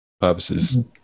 purposes